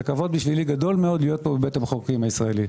כבוד גדול מאוד בשבילי להיות בבית המחוקקים הישראלי.